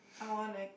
I wanna